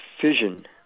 fission